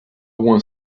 one